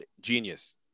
genius